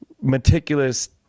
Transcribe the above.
meticulous